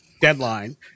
deadline